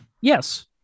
Yes